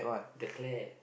the Claire